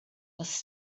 was